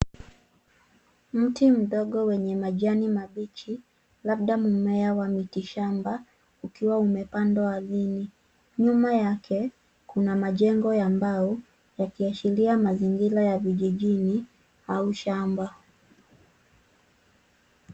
Mti mdogo wenye majani mabichi, labda mmea wa miti shamba ukiwa umepandwa ardhini. Nyuma yake kuna majengo ya mbao, yakiashiria mazingira ya vijijini au shamba.